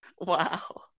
Wow